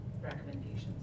recommendations